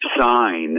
sign